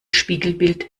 spiegelbild